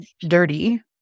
dirty